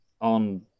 on